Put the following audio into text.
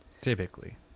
Typically